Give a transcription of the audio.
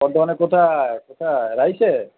চন্দ্রকোনায় কোথায় কোথায় রাইসে